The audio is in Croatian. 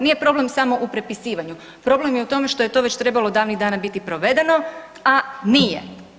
Nije problem samo u prepisivanju, problem je u tome što je to već trebalo davnih dana biti provedeno a nije.